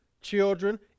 children